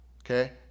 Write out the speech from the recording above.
okay